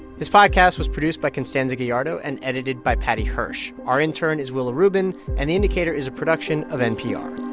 this podcast was produced by constanza gallardo and edited by paddy hirsch. our intern is willa rubin and the indicator is a production of npr